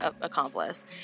accomplice